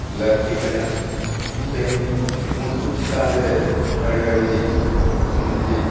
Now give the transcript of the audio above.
ᱞᱟᱹᱠᱛᱤ ᱠᱟᱱᱟ ᱛᱮᱦᱮᱧ ᱩᱱᱠᱩ ᱪᱮᱛᱟᱱ ᱨᱮ ᱟᱹᱰᱤ ᱟᱹᱰᱤ ᱢᱤᱫᱴᱤᱡ